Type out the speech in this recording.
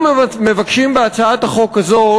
אנחנו מבקשים בהצעת החוק הזאת,